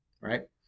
right